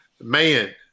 Man